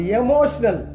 emotional